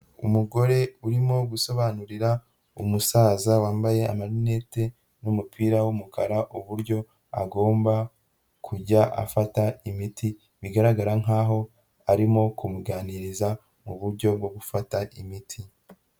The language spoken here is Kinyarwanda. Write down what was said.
Umugore urimo gusobanurira umusaza wambaye amarinete n'umupira w'umukara uburyo agomba kujya afata imiti, bigaragara nkaho arimo kumuganiriza mu buryo bwo gufata imiti.